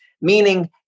meaning